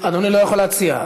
אדוני לא יכול להציע.